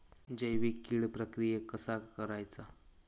जैविक कीड प्रक्रियेक कसा करायचा?